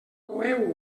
coeu